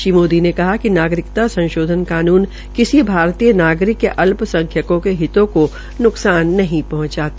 श्री मोदी ने कहा कि नागरिकता संशोधन कानून किसी भारतीय नागरिक या अल्पसंख्यकों के हितों को न्कसान नहीं पहंचाता